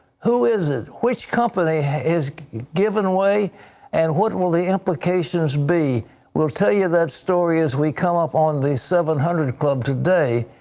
who is it? which company is given away and what will the implications be? we will tell you that story as we come up on the seven hundred club today.